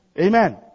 Amen